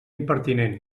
impertinent